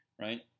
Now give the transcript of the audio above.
right